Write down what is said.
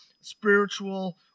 spiritual